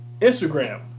Instagram